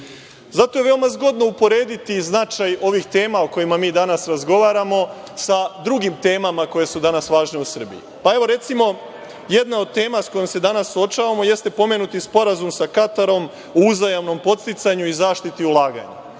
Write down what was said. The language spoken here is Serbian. je veoma zgodno uporediti značaj ovih tema o kojima mi danas razgovaramo sa drugim temama koje su danas važne u Srbiji. Recimo, jedna od tema sa kojom se danas suočavamo jeste pomenuti sporazum sa Katarom o uzajamnom podsticanju i zaštiti ulaganja.